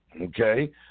okay